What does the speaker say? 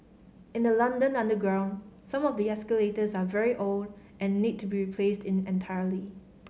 in the London underground some of the escalators are very old and need to be replaced in entirety